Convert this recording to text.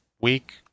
week